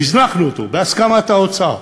והזנחנו אותו, בהסכמת האוצר.